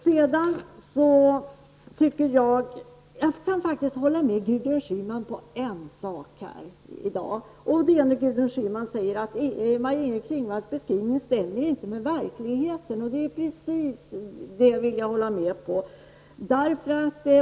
Jag kan faktiskt i dag hålla med Gudrun Schyman på en punkt, och det är när hon säger att Maj-Inger Klingvalls beskrivning inte stämmer med verkligheten. Det håller jag med om.